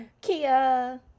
Kia